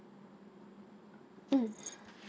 mm